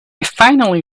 finally